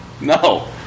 No